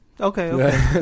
Okay